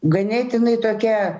ganėtinai tokią